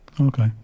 Okay